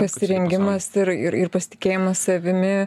pasirengimas ir ir ir pasitikėjimas savimi